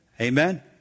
Amen